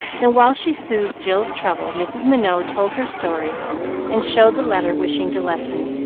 then, while she soothed jill's trouble, mrs. minot told her story and showed the letter, wishing to lessen,